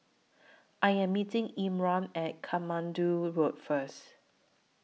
I Am meeting Irma At Katmandu Road First